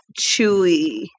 chewy